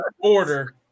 order